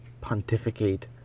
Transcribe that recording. pontificate